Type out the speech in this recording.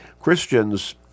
Christians